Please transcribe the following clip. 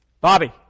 Bobby